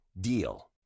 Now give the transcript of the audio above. DEAL